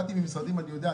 באתי ממשרדים, ואני יודע.